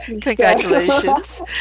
congratulations